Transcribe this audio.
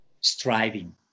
striving